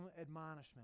admonishment